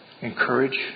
encourage